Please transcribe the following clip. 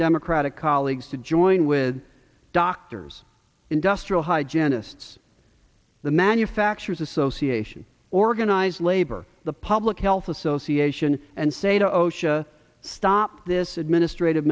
democratic colleagues to join with doctors industrial hi janice the manufacturers association organized labor the public health association and say to osha stop this administrative